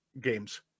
games